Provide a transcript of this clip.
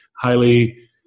highly